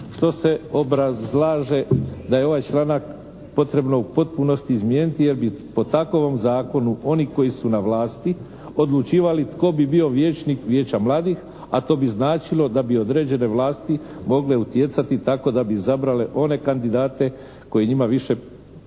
što se obrazlaže da je ovaj članak potrebno u potpunosti izmijeniti jer bi po takovom zakonu oni koji su na vlasti odlučivali tko bi bio vijećnik vijeća mladih a to bi značilo da bi određene vlasti mogle utjecati tako da bi izabrale one kandidate koji njima više odgovaraju